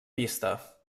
pista